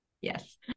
yes